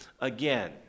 again